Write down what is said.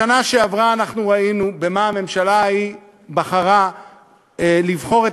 בשנה שעברה ראינו מה הממשלה ההיא בחרה לתקצב.